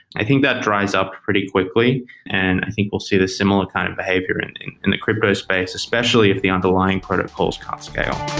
i think that dries up pretty quickly and i think we'll see this similar kind of behavior and in in the crypto space, especially if the underlying protocols can't scale